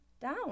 down